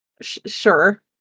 sure